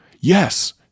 Yes